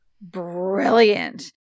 brilliant